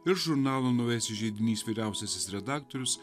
ir žurnalo naujasis židinys vyriausiasis redaktorius